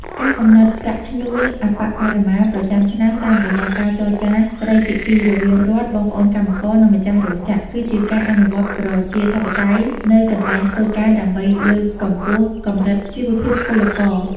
ការកំណត់ប្រាក់ឈ្នួលអប្បបរមាប្រចាំឆ្នាំតាមរយៈការចរចាត្រីភាគីរវាងរដ្ឋ បងប្អូនកម្មករ និងម្ចាស់រោងចក្រ គឺជាការអនុវត្តប្រជាធិបតេយ្យនៅកន្លែងការងារដើម្បីលើកកម្ពស់កម្រិតជីវភាពពលករ។